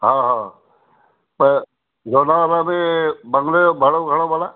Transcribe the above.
हा हा त लोनावाला में मंदरु भाड़ो घणो भला